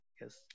yes